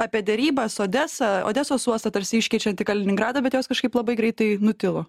apie derybas odesą odesos uostą tarsi iškeičiant į kaliningradą bet jos kažkaip labai greitai nutilo